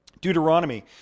Deuteronomy